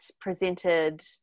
presented